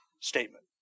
statement